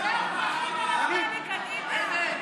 זר פרחים לנפתלי קנית?